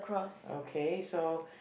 okay so